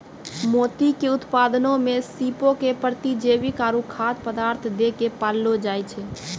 मोती के उत्पादनो मे सीपो के प्रतिजैविक आरु खाद्य पदार्थ दै के पाललो जाय छै